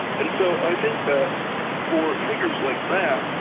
and so i think that for figures like that,